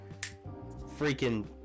Freaking